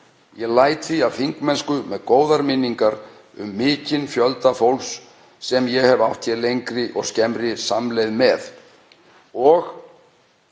ég læt því af þingmennsku með góðar minningar um mikinn fjölda fólks sem ég hef átt lengri og skemmri samleið með og